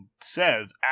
says